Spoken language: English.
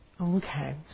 Okay